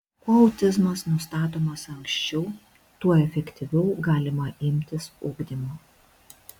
kuo autizmas nustatomas anksčiau tuo efektyviau galima imtis ugdymo